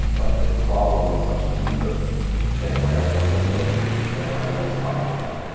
but the problem is much deeper than where everyone is looking and where everyone is talking about.